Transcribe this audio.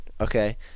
okay